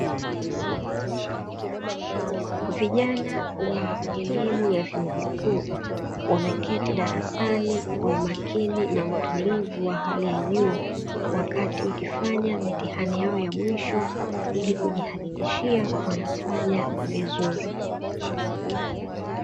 Vijana wa elimu ya vyuo vikuu wame keti darasani kwa umakini na utulivu wa hali ya juu, wakati wakifanya mitihani yao ya mwisho ili kujihakikishia wanafanya vizuri.